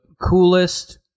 coolest